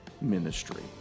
ministry